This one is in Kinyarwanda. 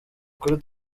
kuri